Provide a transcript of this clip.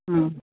हा